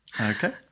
Okay